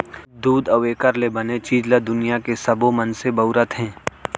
दूद अउ एकर ले बने चीज ल दुनियां के सबो मनसे बउरत हें